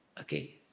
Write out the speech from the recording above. Okay